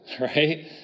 right